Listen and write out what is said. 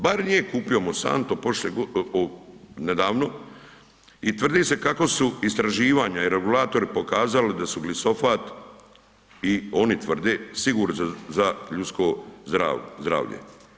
Bar nije kupio Monsanto nedavno i tvrdi se kako su istraživanja i regulatori pokazali da su glifosat i oni tvrde, sigurni za ljudsko zdravlje.